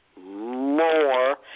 more